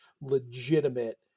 legitimate